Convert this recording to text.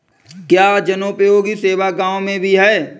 क्या जनोपयोगी सेवा गाँव में भी है?